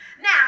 Now